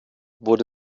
wurde